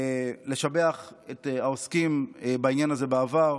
לשבח את העוסקים בעניין הזה בעבר,